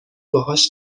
باهاش